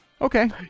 okay